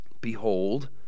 Behold